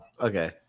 Okay